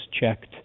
checked